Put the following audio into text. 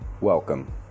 welcome